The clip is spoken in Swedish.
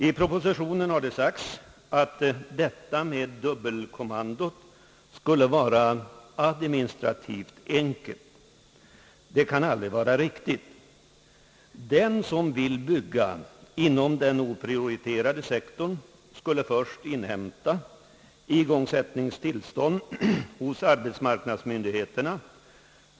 I propositionen har det sagts att detta dubbelkommando skulle vara »administrativt enkelt». Det kan aldrig vara riktigt. Den som vill bygga inom den oprioriterade sektorn skulle först inhämta igångsättningstillstånd hos arbetsmarknadsmyndigheterna.